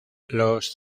los